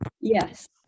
yes